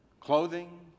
clothing